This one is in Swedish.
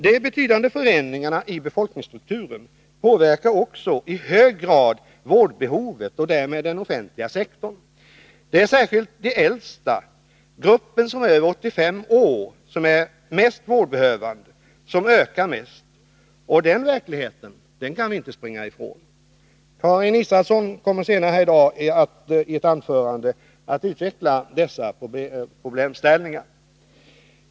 De betydande förändringarna i befolkningsstrukturen påverkar också i hög grad vårdbehovet och därmed den offentliga sektorn. Det är särskilt gruppen av de äldsta, de som är över 85 år och är mest vårdbehövande, som ökar mest. Den verkligheten kan vi inte springa ifrån. Karin Israelsson kommer senare här i dag att i ett anförande vidare utveckla dessa problemställningar.